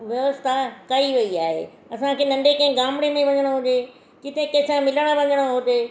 व्यवस्था कई वई आहे असांखे नंढे कंहिं गामणे में वञिणो हुजे किते कंहिंसां मिलणु वञिणो हुजे